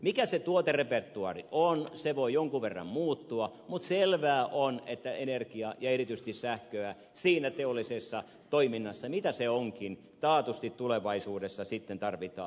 mikä se tuoterepertuaari on se voi jonkun verran muuttua mutta selvää on että energiaa ja erityisesti sähköä siinä teollisessa toiminnassa mitä se onkin taatusti tulevaisuudessa sitten tarvitaan